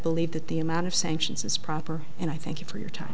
believe that the amount of sanctions is proper and i thank you for your time